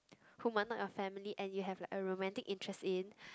who might not your family and you have like a romantic interest in